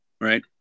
right